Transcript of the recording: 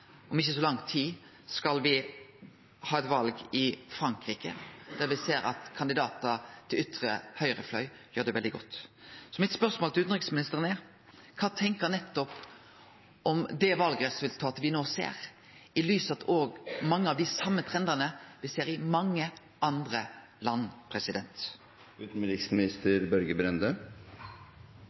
Om ikkje så lang tid skal dei ha val i Frankrike, der me ser at kandidatar på ytre høgre fløy gjer det veldig godt. Mitt spørsmål til utanriksministeren er: Kva tenkjer han om nettopp det valresultatet me no ser, i lys av at me ser mange av dei same trendane i mange andre land?